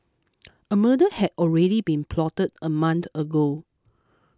a murder had already been plotted a month ago